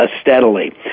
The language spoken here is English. steadily